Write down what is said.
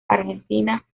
argentina